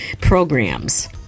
programs